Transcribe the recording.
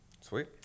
sweet